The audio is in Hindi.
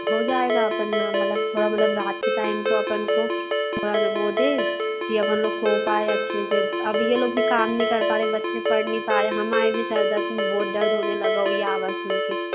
हो जाएगा अपन मलब थोड़ा मतलब रात के टाइम तो अपन को थोड़ा जो वो होता है कि अपन लोग सो पाए अच्छे से अब ये लोग भी काम नहीं कर पा रहे बच्चे पढ़ नहीं पा रहे हमारे भी सर दर्द मे बहुत दर्द होने लगा हो ये आवाज़ सुन कर